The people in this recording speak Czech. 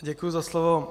Děkuji za slovo.